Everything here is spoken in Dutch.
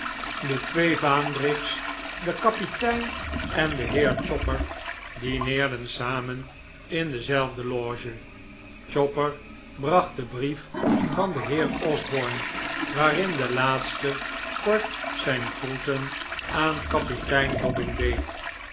de twee vaandrigs de kapitein en de heer chopper dineerden samen in dezelfde loge chopper bracht den brief van den heer osborne waarin de laatste kort zijn groeten aan kapitein dobbin deed